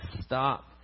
stop